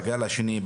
בגל השני,